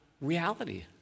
reality